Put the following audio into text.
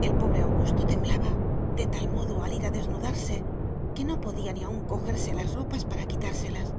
el pobre augusto temblaba de tal modo al ir a desnudarse que no podía ni aun cojerse las ropas para quitárselas